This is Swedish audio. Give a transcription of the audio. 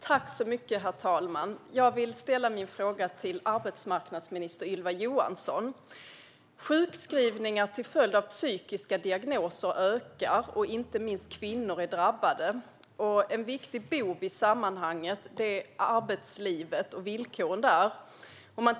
Herr talman! Jag vill ställa min fråga till arbetsmarknadsminister Ylva Johansson. Sjukskrivningar till följd av psykiska diagnoser ökar. Inte minst kvinnor är drabbade. En viktig bov i sammanhanget är arbetslivet och villkoren där.